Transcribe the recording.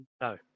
No